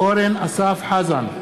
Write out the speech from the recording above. אורן אסף חזן,